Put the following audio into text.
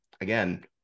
again